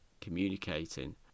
communicating